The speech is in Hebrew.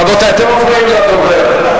רבותי, אתם מפריעים לדובר.